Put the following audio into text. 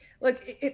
Look